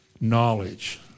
knowledge